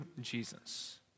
Jesus